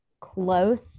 close